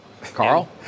Carl